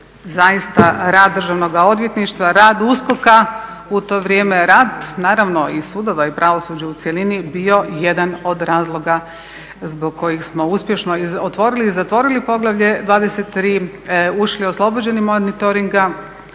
zaista rad Državnog odvjetništva rad USKOK-a u to vrijeme, naravno rad sudova i pravosuđa u cjelini bio jedan od razloga zbog kojih smo uspješno otvorili i zatvorili poglavlje 23, ušli oslobođeni monitoringa